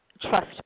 trust